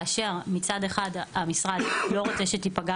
כאשר מצד אחד המשרד לא רוצה שתיפגע